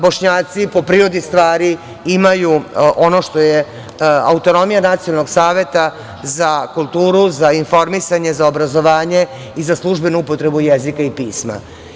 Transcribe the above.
Bošnjaci, po prirodi stvari, imaju ono što je autonomija nacionalnog saveta za kulturu, za informisanje, za obrazovanje i za službenu upotrebu jezika i pisma.